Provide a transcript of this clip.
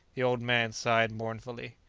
the old man sighed mournfully.